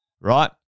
right